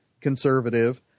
conservative